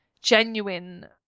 genuine